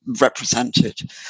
represented